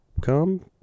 come